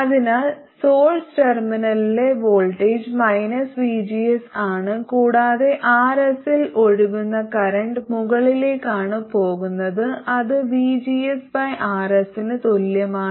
അതിനാൽ സോഴ്സ് ടെർമിനലിലെ voltage vgs ആണ് കൂടാതെ Rs ൽ ഒഴുകുന്ന കറന്റ് മുകളിലേക്കാണ് പോകുന്നത് അത് vgsRs ന് തുല്യമാണ്